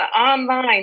online